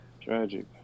Tragic